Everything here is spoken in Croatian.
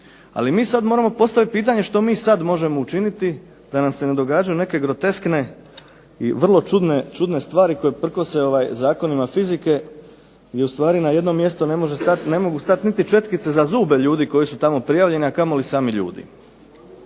Ali mi sad moramo postaviti pitanje što mi sad možemo učiniti da nam se ne događaju neke groteskne i vrlo čudne stvari koje prkose zakonima fizike, gdje u stvari na jedno mjesto ne mogu stati niti četkice za zube ljudi koji su tamo prijavljeni, a kamoli sami ljudi.